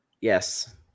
Yes